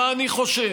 מה אני חושב?